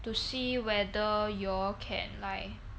to see whether y'all can lie